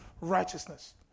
righteousness